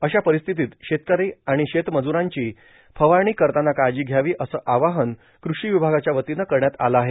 अशा परिस्थितीत शेतकरी आणि शेतमज्ररांची फवारण करताना काळजी घ्यावी असं आवाहन कृषी विभागाच्या वतीनं करण्यात आलं आहे